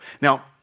Now